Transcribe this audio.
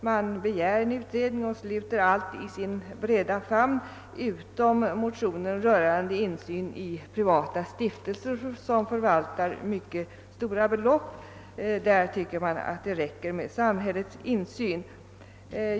De begär en utredning och sluter därvid i sin breda famn alla motionskrav utom dem som framförs beträffande privata stiftelser, som förvaltar mycket stora belopp. Därvidlag tycker man att samhällets insyn är tillräcklig.